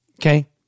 okay